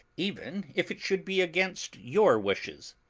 even if it should be against your wishes.